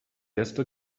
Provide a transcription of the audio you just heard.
erste